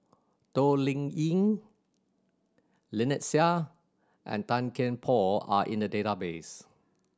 Toh Liying Lynnette Seah and Tan Kian Por are in the database